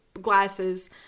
glasses